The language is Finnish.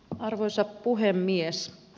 arvoisa puhemies